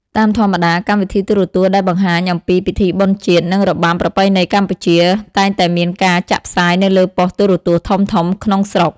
តាមធម្មតា កម្មវិធីទូរទស្សន៍ដែលបង្ហាញអំពីពិធីបុណ្យជាតិ និងរបាំប្រពៃណីកម្ពុជា តែងតែមានការចាក់ផ្សាយនៅលើប៉ុស្តិ៍ទូរទស្សន៍ធំៗក្នុងស្រុក។